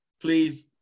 please